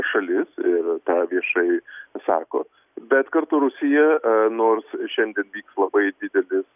šalis ir tą viešai sako bet kartu rusija nors šiandien vyks labai didelis